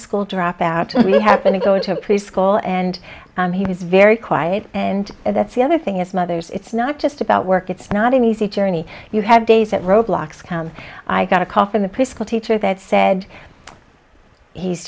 preschool dropout we happen to go to a preschool and he was very quiet and that's the other thing as mothers it's not just about work it's not an easy journey you have days at roadblocks come i got a call from the preschool teacher that said he's